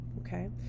okay